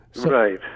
Right